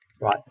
right